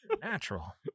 Natural